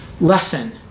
lesson